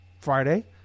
Friday